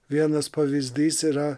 vienas pavyzdys yra